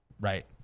right